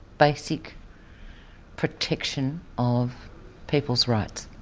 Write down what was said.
basic protection of people's rights.